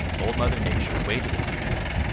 old mother nature waited a few minutes,